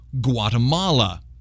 Guatemala